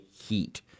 heat